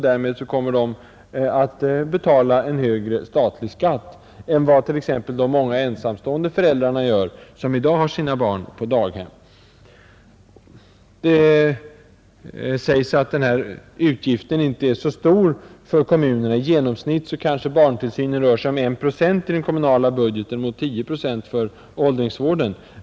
De kommer att betala en högre statlig skatt än vad t.ex. de många ensamstående föräldrar gör, som i dag har sina barn på daghem. Det sägs att denna utgift inte är så stor för kommunerna — i genomsnitt kanske kostnaderna för barntillsyn rör sig om en procent i den kommunala budgeten mot tio procent för åldringsvården.